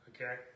Okay